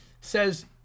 says